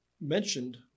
mentioned